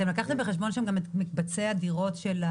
לקחתם בחשבון גם את מקבצי הדירות?